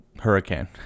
Hurricane